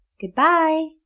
Goodbye